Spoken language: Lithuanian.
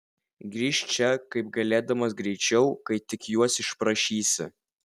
grįžk čia kaip galėdamas greičiau kai tik juos išprašysi